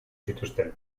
zituzten